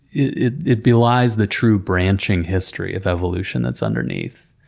it it belies the true branching history of evolution that's underneath.